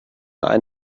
ein